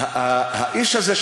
האיש הזה,